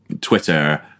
Twitter